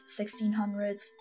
1600s